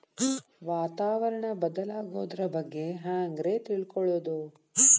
ವಾತಾವರಣ ಬದಲಾಗೊದ್ರ ಬಗ್ಗೆ ಹ್ಯಾಂಗ್ ರೇ ತಿಳ್ಕೊಳೋದು?